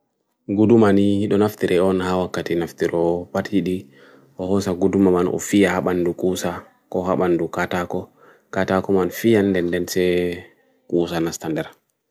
gudumani dunhaf tere on hawa katinaf tere o pati di hohosa gudumaman o fia habandu kusa ko habandu kata ko kata ko man fian den den se kusa na standera